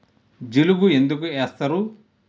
జిలుగు ఎందుకు ఏస్తరు?